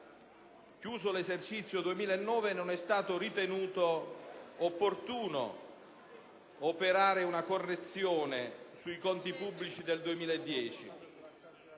Chiuso l'esercizio 2009, non è stato ritenuto opportuno operare una correzione sui conti pubblici del 2010.